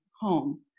home